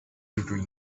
into